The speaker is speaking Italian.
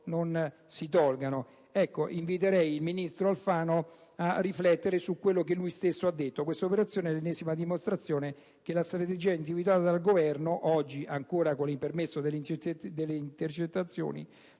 a settembre. Ecco, invito il ministro Alfano a riflettere su quanto da lui stesso detto: «questa operazione è l'ennesima dimostrazione che la strategia individuata dal Governo,» (oggi, ancora con il permesso delle intercettazioni)